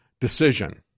decision